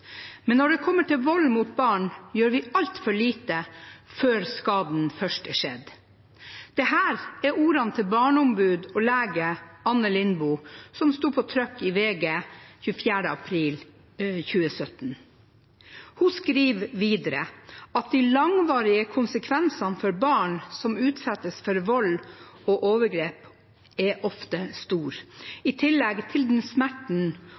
Men når det kommer til vold mot barn gjør vi alt for lite før skaden først er skjedd.» Dette er ordene til barneombud og lege Anne Lindboe og sto i VG 24. april 2017. Hun skriver videre at de langvarige konsekvensene for barn som utsettes for vold og overgrep, ofte er store, i tillegg til den smerten